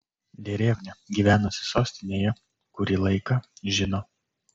derevnia gyvenusi sostinėje kurį laiką žino